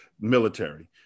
military